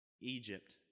Egypt